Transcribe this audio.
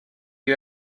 you